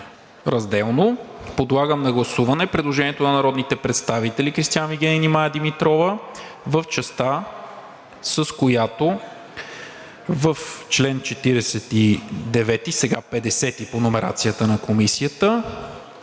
разделно. Подлагам на гласуване предложението на народните представители Кристиан Вигенин и Мая Димитрова в частта, с която в чл. 49, сега чл. 50 по номерацията на Комисията,